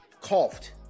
coughed